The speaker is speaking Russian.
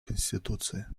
конституции